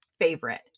favorite